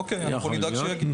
אוקיי, אנחנו נדאג שיגיע.